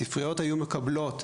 הספריות היו מקבלות,